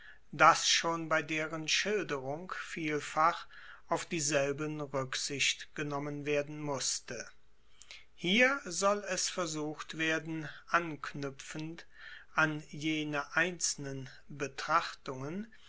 dass schon bei deren schilderung vielfach auf dieselben ruecksicht genommen werden musste hier soll es versucht werden anknuepfend an jene einzelnen betrachtungen